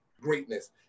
greatness